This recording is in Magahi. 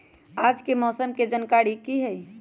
आज के मौसम के जानकारी कि हई?